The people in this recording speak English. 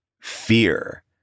fear